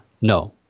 no